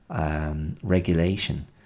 Regulation